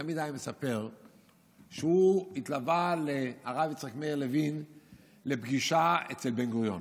תמיד היה מספר שהוא התלווה לרב יצחק מאיר לוין לפגישה אצל בן-גוריון,